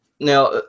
Now